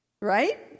Right